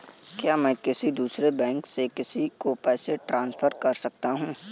क्या मैं किसी दूसरे बैंक से किसी को पैसे ट्रांसफर कर सकता हूं?